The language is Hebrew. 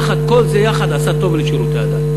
כל זה יחד עשה טוב לשירותי הדת.